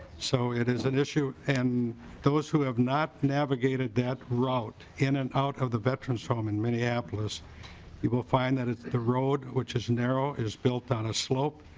so it's an issue and those who have not navigated that route in and out of the veterans home in minneapolis you will find that the road which is narrow is built on a slope.